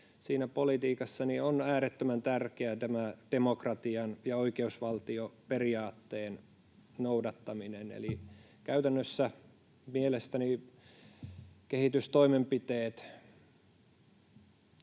siinä politiikassa on äärettömän tärkeää tämä demokratian ja oikeusvaltioperiaatteen noudattaminen. Eli käytännössä mielestäni kehitystoimenpiteet